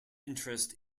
interest